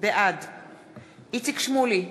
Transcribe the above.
בעד איציק שמולי,